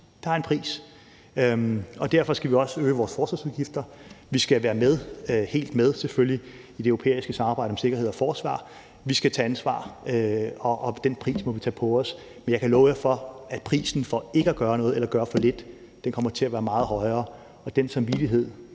den har en pris. Derfor skal vi også øge vores forsvarsudgifter. Vi skal selvfølgelig være helt med i det europæiske samarbejde om sikkerhed og forsvar. Vi skal tage ansvar, og den pris må vi tage på os. Men jeg kan love jer for, at prisen for ikke at gøre noget eller at gøre for lidt kommer til at være meget højere, og den samvittighed,